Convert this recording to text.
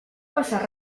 passar